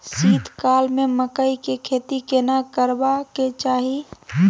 शीत काल में मकई के खेती केना करबा के चाही?